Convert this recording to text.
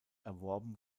erworben